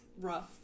rough